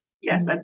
Yes